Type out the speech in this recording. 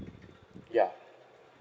ya